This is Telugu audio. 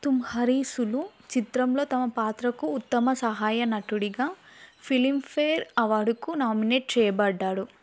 తుమ్హారీ సులు చిత్రంలో తమ పాత్రకు ఉత్తమ సహాయ నటుడిగా ఫిల్మ్ఫేర్ అవార్డుకు నామినేట్ చెయ్యబడ్డాడు